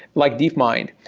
like deepmind,